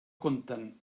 compten